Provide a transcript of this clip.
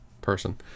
person